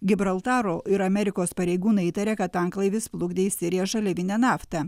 gibraltaro ir amerikos pareigūnai įtaria kad tanklaivis plukdė į siriją žaliavinę naftą